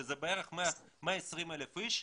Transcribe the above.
שזה בערך 120,000 איש,